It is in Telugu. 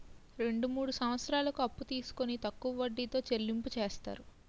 రెండు మూడు సంవత్సరాలకు అప్పు తీసుకొని తక్కువ వడ్డీతో చెల్లింపు చేస్తారు